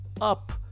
up